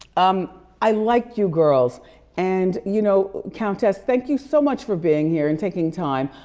um i like you girls and, you know, countess, thank you so much for being here and taking time.